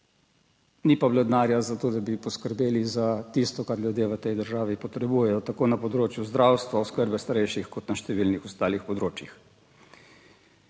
ni pa bilo denarja za to, da bi poskrbeli za tisto, kar ljudje v tej državi potrebujejo, tako na področju zdravstva, oskrbe starejših, kot na številnih ostalih področjih.